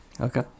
okay